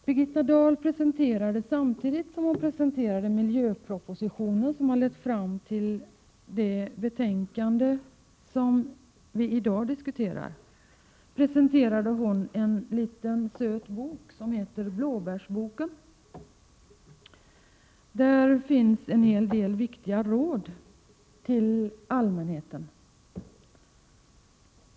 Birgitta Dahl presenterade, samtidigt som hon presenterade den miljöproposition som har lett fram till det betänkande vi i dag diskuterar, en liten söt bok som heter Blåbärsboken. Där finns en hel del viktiga råd till allmänheten.